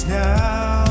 now